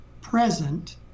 present